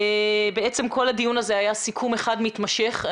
כל הדיון הזה היה סיכום אחד מתמשך.